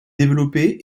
développé